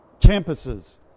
Campuses